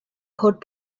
cod